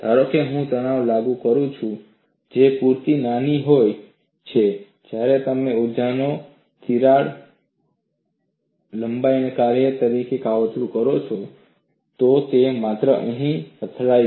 ધારો કે હું તણાવ લાગુ કરું છું જે પૂરતી નાની હોય છે જ્યારે તમે તે ઊર્જાને તિરાડ લંબાઈના કાર્ય તરીકે કાવતરું કરો છો તો તે માત્ર અહીં જ અથાડશે